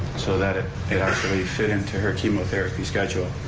so that it it actually fit into her chemotherapy schedule.